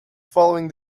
following